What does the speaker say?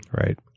Right